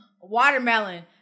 watermelon